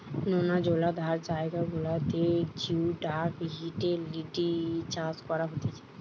নোনা জলাধার জায়গা গুলাতে জিওডাক হিটেলিডি চাষ করা হতিছে